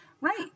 right